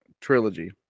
trilogy